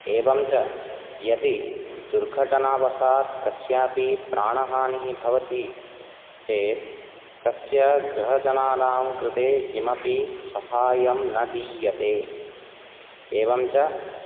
एवं च यदि दुर्घटनावशात् कस्यापि प्राणहानिः भवति चेत् तस्य गृहजनानां कृते किमपि साहाय्यं न दीयते एवं च